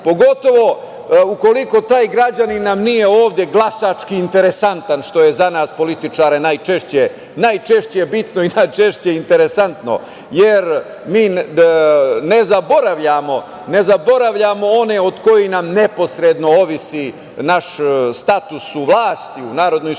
pogotovo ukoliko nam taj građanin nije ovde glasački interesantan, što je za nas političare najčešće bitno i najčešće interesantno, jer mi ne zaboravljamo one od kojih nam neposredno ovisi naš status u vlasti, u Narodnoj skupštini,